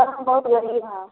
sir हम बहुत गरीब है